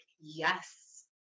yes